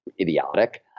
idiotic